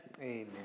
Amen